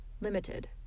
limited